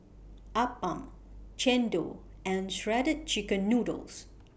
Appam Chendol and Shredded Chicken Noodles